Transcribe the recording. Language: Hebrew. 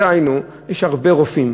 דהיינו, יש הרבה רופאים,